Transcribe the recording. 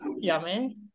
Yummy